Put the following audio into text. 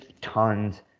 tons